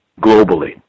globally